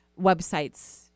websites